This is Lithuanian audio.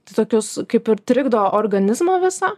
tokius kaip ir trikdo organizmą visą